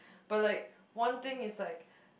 but like one thing is like